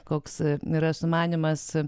koks yra sumanymas